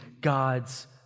God's